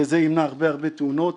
וזה ימנע הרבה הרבה תאונות.